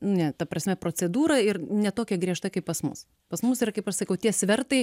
ne ta prasme procedūra ir ne tokia griežta kaip pas mus pas mus yra kaip aš sakau tie svertai